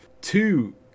two